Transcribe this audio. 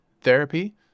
therapy